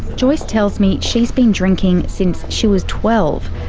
joyce tells me she's been drinking since she was twelve,